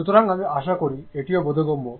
সুতরাং আমি আশা করি এটিও বোধগম্য